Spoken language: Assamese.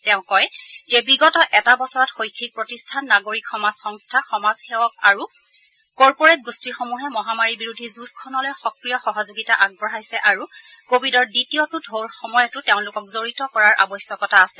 তেওঁ কয় যে বিগত এটা বছৰত শৈক্ষিক প্ৰতিষ্ঠান নাগৰিক সমাজ সংস্থা সমাজসেৱক আৰু কৰ্পোৰেট গোষ্ঠীসমূহে মহামাৰী বিৰোধী যুঁজখনলৈ সক্ৰিয় সহযোগিতা আগবঢ়াইছে আৰু কোভিডৰ দ্বিতীয়টো টৌৰ সময়তো তেওঁলোকক জড়িত কৰাৰ আৱশ্যকতা আছে